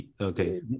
okay